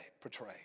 portray